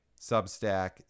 Substack